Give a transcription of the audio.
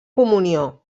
comunió